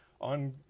on